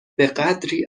بهقدری